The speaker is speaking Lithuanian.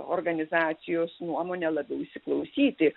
organizacijos nuomonę labiau įsiklausyti